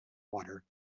water